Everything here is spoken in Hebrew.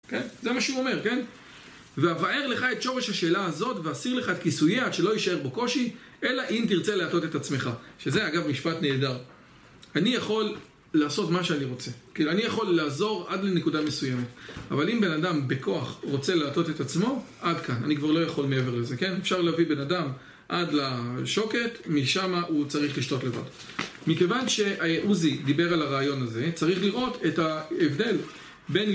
כן? זה מה שהוא אומר, כן? ואבאר לך את שורש השאלה הזאת ואסיר לך את כיסוייה עד שלא יישאר בו קושי אלא אם תרצה להטעות את עצמך שזה אגב משפט נהדר אני יכול לעשות מה שאני רוצה אני יכול לעזור עד לנקודה מסוימת אבל אם בן אדם בכוח רוצה ל להטעות את עצמו, עד כאן אני כבר לא יכול מעבר לזה, כן? אפשר להביא בן אדם עד לשוקת משם הא צריך לשתות לבד מכיוון שזהו דיבר על הרעיון הזה צריך לראות את ההבדל בן אדם